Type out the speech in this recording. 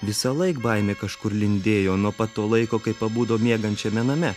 visąlaik baimė kažkur lindėjo nuo pat to laiko kai pabudo miegančiame name